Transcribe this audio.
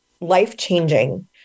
life-changing